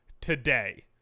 today